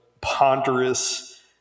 ponderous